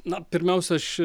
na pirmiausia aš